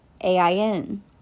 AIN